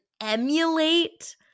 emulate